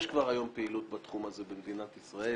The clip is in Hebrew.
יש כבר היום פעילות בתחום הזה במדינת ישראל,